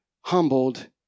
humbled